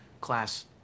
class